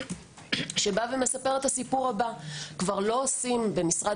שבא ומספר את הסיפור הבא: כבר לא עושים במשרד